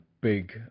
big